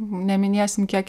neminėsim kiek